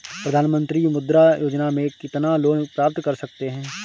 प्रधानमंत्री मुद्रा योजना में कितना लोंन प्राप्त कर सकते हैं?